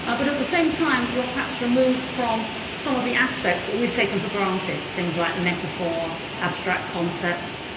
ah but at the same time, you're perhaps removed from some of the aspects that we've taken for granted. things like metaphor, abstract concepts,